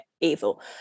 evil